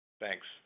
Thanks